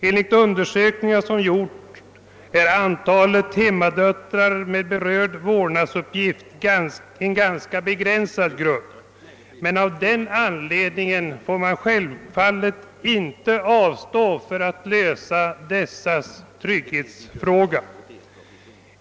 Enligt företagen undersökning är antalet hemmadöttrar med vårdnadsuppgifter ganska begränsat. Gruppen är relativt liten. Men av den anledningen får vi självfallet inte avstå från att försöka lösa hemmadöttrarnas trygghetsfråga.